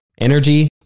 energy